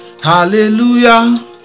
Hallelujah